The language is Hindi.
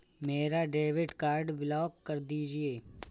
मेरा डेबिट कार्ड ब्लॉक कर दीजिए